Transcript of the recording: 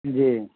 جی